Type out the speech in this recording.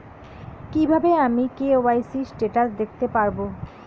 কিভাবে আমি KYC status দেখতে পারবো?